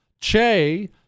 Che